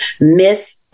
miss